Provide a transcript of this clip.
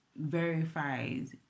verifies